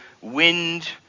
wind